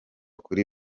kuri